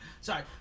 sorry